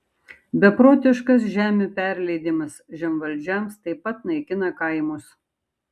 beprotiškas žemių perleidimas žemvaldžiams taip pat naikina kaimus